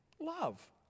love